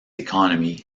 economy